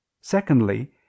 Secondly